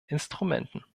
instrumenten